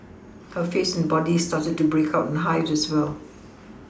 her face and body started to break out in hives as well